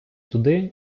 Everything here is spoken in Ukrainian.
туди